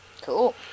Cool